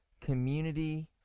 Community